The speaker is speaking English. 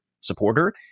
supporter